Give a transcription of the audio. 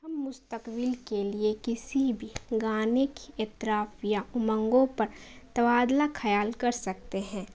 ہم مستقبل کے لیے کسی بھی گانے کی اطراف یا امنگوں پر تبادلۂِ خیال کر سکتے ہیں